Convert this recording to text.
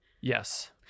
Yes